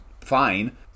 fine